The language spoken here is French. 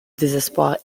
désespoir